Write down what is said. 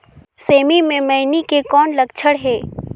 सेमी मे मईनी के कौन लक्षण हे?